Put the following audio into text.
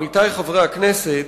עמיתי חברי הכנסת,